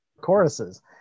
choruses